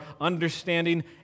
understanding